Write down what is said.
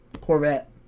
Corvette